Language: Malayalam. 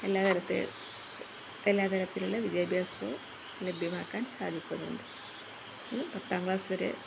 എല്ലാ എല്ലാ തരത്തിലുള്ള വിദ്യാഭ്യാസവും ലഭ്യമാക്കാൻ സാധിക്കുന്നുണ്ട് പത്താം ക്ലാസ് വരെ